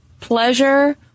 Pleasure